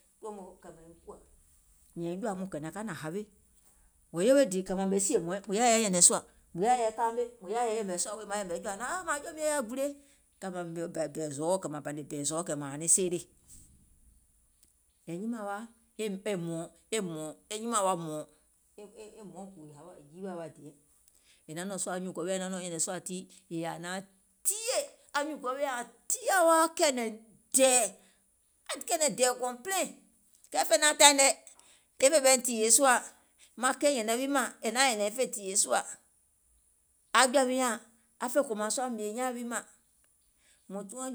anyuùŋ gɔu wi nyȧŋ nȧŋ nɔ̀ŋ nyɛ̀nɛ̀ŋ sùȧ tii yèè ȧŋ naŋ tiiyè, ȧŋ tiiyȧ wa aŋ kɛ̀ɛ̀nɛ̀ŋ dɛ̀ɛ̀, aŋ kɛ̀ɛ̀nɛ̀ŋ dɛ̀ɛ̀ complete, kɛɛ fè naȧŋ taìŋ nɛɛ̀, e fè ɓɛìŋ tììyè sùȧ, maŋ keì nyɛ̀nɛŋ wi mȧŋ è naȧŋ nyɛ̀nɛ̀ŋ e fè tììyè sùȧ, a jɔ̀ȧ wi nyȧŋ a fè kòmȧŋ sùȧ mìè nyaȧŋ wi mȧŋ, mùŋ tùɔɔ̀ŋ